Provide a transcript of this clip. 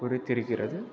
பிடித்திருக்கிறது